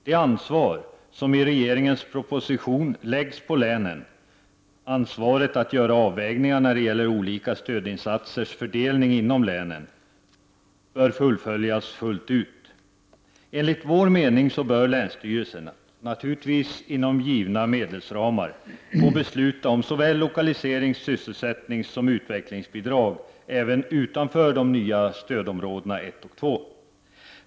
Det ansvar som i regeringens proposition läggs på länen — ansvaret att göra avvägningar när det gäller olika stödinsatsers fördelning inom länen — bör fullföljas fullt ut. Enligt vår mening bör länsstyrelserna, naturligtvis inom givna medelsramar, få besluta om såväl lokaliseringsoch sysselsättningssom utvecklingsbidrag även utanför de nya stödområdena 1 och 2.